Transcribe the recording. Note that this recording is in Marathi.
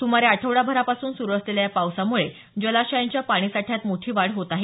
सुमारे आठवडाभरापासून सुरू असलेल्या या पावसामुळे जलाशयांच्या पाणी साठ्यात मोठी वाढ झाली आहे